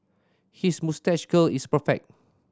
his moustache curl is perfect